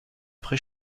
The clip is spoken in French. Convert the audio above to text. prés